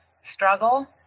struggle